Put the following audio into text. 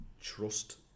trust